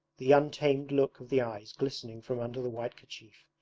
the untamed look of the eyes glistening from under the white kerchief,